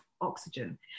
oxygen